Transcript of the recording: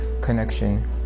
connection